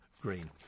Green